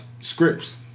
scripts